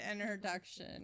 introduction